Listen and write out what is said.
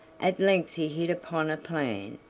at length he hit upon a plan,